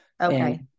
Okay